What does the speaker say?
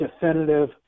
definitive